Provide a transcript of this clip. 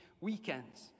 weekends